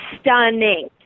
stunning